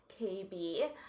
KB